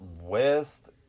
west